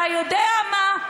אתה יודע מה?